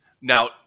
Now